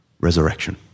resurrection